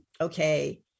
okay